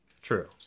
true